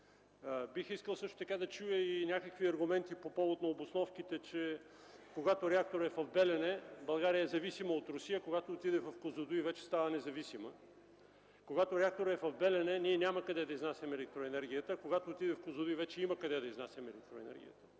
Бих искал също така да чуя и някакви аргументи по повод обосновките, че когато реакторът е в „Белене”, България е зависима от Русия, а когато отиде в „Козлодуй”, вече става независима; когато реакторът е в „Белене”, ние няма къде да изнасяме електроенергията, когато отиде в „Козлодуй”, вече има къде да изнасяме електроенергия?